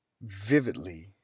vividly